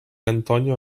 antonio